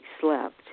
slept